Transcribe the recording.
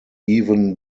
even